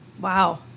wow